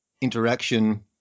interaction